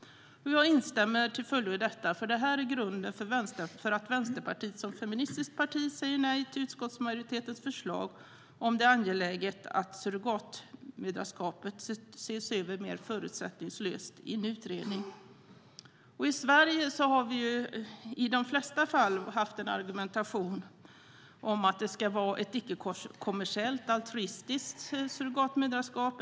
Jag instämmer till fullo i detta, för det här är grunden för att Vänsterpartiet som feministiskt parti säger nej till utskottsmajoritetens förslag om det angelägna i att surrogatmoderskapet ses över mer förutsättningslöst i en utredning. I Sverige har vi i de flesta fall haft en argumentation om att det ska vara ett icke-kommersiellt altruistiskt surrogatmoderskap.